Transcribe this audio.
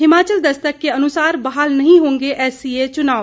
हिमाचल दस्तक के अनुसार बहाल नहीं होंगे एससीए चुनाव